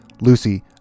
Lucy